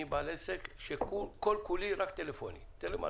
אני בעל עסק שכל כולי רק טלפונים, טלמרקטינג.